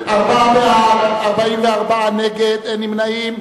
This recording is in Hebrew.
ארבעה בעד, 44 נגד, אין נמנעים.